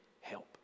help